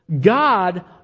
God